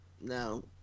no